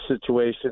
situation